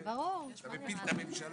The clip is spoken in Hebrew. אנחנו ממשיכים